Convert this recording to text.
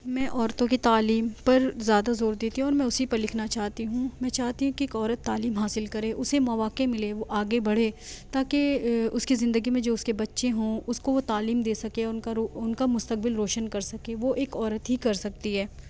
میں عورتوں کی تعلیم پر زیادہ زور دیتی ہوں اور میں اسی پر لکھنا چاہتی ہوں میں چاہتی ہوں کہ ایک عورت تعلیم حاصل کرے اسے مواقع ملے وہ آگے بڑھے تاکہ اس کی زندگی میں جو اس کے بچے ہوں اس کو وہ تعلیم دے سکے اور ان كا رو ان کا مستقبل روشن كر سکے وہ ایک عورت ہی کر سکتی ہے